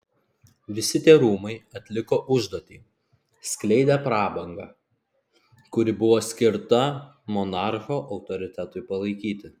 visi tie rūmai atliko užduotį skleidė prabangą kuri buvo skirta monarcho autoritetui palaikyti